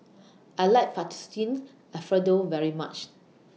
I like Fettuccine Alfredo very much